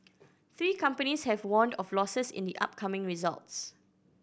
three companies have warned of losses in the upcoming results